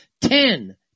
Ten